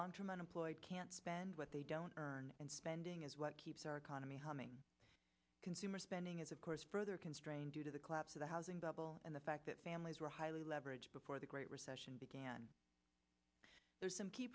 long term unemployed can't spend what they don't earn and spending is what keeps our economy humming consumer spending is of course further constrained due to the collapse of the housing bubble and the fact that families were highly leveraged before the great recession began there are some key